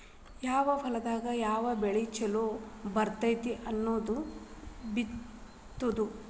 ಯಾವ ಹೊಲದಾಗ ಯಾವ ಬೆಳಿ ಚುಲೊ ಬರ್ತತಿ ಅದನ್ನ ಬಿತ್ತುದು